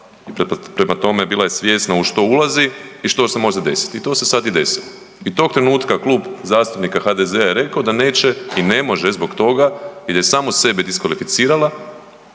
i prema tome bila je svjesna u što ulazi i što se može desiti i to se sad i desilo. I tog trenutka Klub zastupnika HDZ-a je rekao da neće i ne može zbog toga jer je samu sebe diskvalificirala